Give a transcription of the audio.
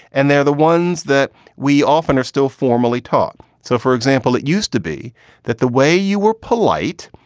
and they're the ones that we often are still formerly taught. so, for example, it used to be that the way you were polite,